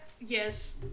yes